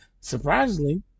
surprisingly